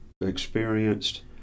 experienced